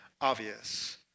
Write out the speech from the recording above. obvious